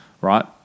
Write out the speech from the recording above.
right